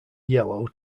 yellow